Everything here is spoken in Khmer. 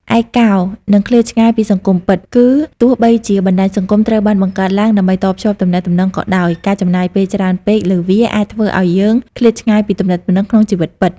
ឯកោ និងឃ្លាតឆ្ងាយពីសង្គមពិត គឺទោះបីជាបណ្ដាញសង្គមត្រូវបានបង្កើតឡើងដើម្បីតភ្ជាប់ទំនាក់ទំនងក៏ដោយ ការចំណាយពេលច្រើនពេកលើវាអាចធ្វើឱ្យយើងឃ្លាតឆ្ងាយពីទំនាក់ទំនងក្នុងជីវិតពិត។